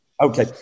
Okay